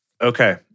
Okay